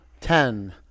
ten